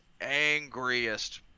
angriest